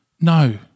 No